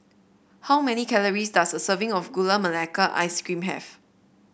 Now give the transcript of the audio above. how many calories does a serving of Gula Melaka Ice Cream have